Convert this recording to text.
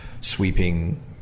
sweeping